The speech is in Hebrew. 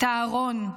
את אהרן,